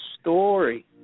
story